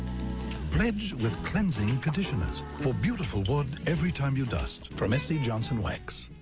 pledge with cleansing conditioners. for beautiful od every time you dust. from s c. johnson wax.